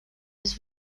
his